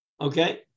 Okay